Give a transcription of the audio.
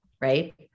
right